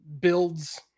Builds